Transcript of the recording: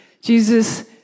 Jesus